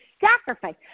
sacrifice